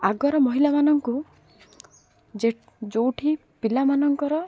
ଆଗର ମହିଳାମାନଙ୍କୁ ଯେଉଁଠି ପିଲାମାନଙ୍କର